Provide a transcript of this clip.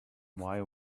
why